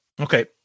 okay